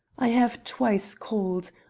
i have twice called,